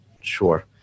Sure